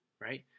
right